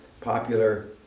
popular